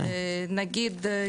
נגיד,